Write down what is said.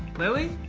lilly?